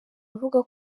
avuga